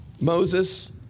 Moses